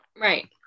Right